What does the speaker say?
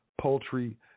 poultry